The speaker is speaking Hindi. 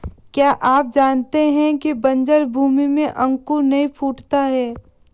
क्या आप जानते है बन्जर भूमि में अंकुर नहीं फूटता है?